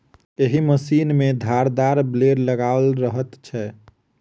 एहि मशीन मे धारदार ब्लेड लगाओल रहैत छै